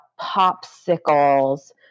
popsicles